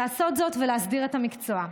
לעשות זאת ולהסדיר את המקצוע.